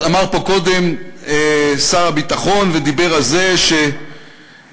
עמד פה קודם שר הביטחון ודיבר על זה שיישובי